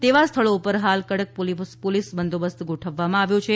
તેવા સ્થળો ઉપર હાલ કડક પોલીસ બંદોબસ્ત ગોઠવવામાં આવ્યો છે